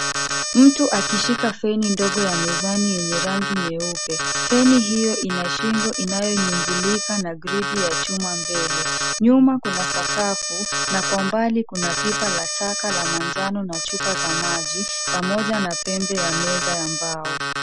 Mtu akishika feni ndogo ya mezani yenye rangi nyeupe. Feni hiyo ina shingo inayonyungulika na gridi ya chuma mbele. Nyuma kuna sakafu na kwa mbali kuna pipa la taka la manjano na chupa za maji pamoja na pembe ya meza ya mbao.